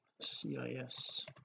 cis